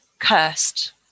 cursed